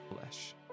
flesh